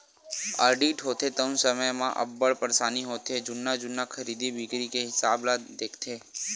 audit होथे तउन समे म अब्बड़ परसानी होथे जुन्ना जुन्ना खरीदी बिक्री के हिसाब ल देखथे